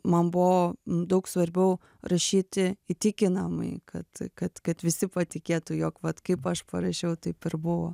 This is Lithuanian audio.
man buvo daug svarbiau rašyti įtikinamai kad kad kad visi patikėtų jog vat kaip aš parašiau taip ir buvo